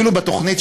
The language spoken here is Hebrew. בתוכנית,